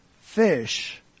fish